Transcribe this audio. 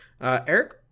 Eric